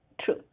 true